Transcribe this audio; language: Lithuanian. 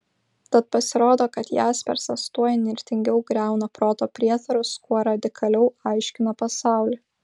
tad pasirodo kad jaspersas tuo įnirtingiau griauna proto prietarus kuo radikaliau aiškina pasaulį